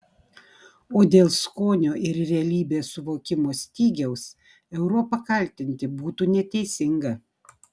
o dėl skonio ir realybės suvokimo stygiaus europą kaltinti būtų neteisinga